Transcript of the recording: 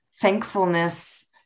thankfulness